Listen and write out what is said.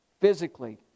physically